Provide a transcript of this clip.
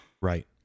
right